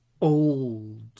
old